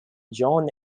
john